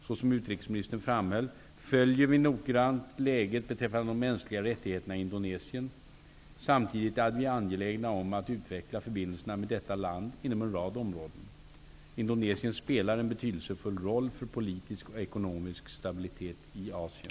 Såsom utrikesministern framhöll följer vi noggrant läget beträffande de mänskliga rättigheterna i Indonesien. Samtidigt är vi angelägna om att utveckla förbindelserna med detta land inom en rad områden. Indonesien spelar en betydelsefull roll för fortsatt politisk och ekonomisk stabilitet i Asien.